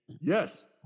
Yes